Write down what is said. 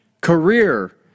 Career